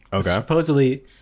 supposedly